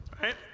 right